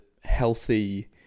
healthy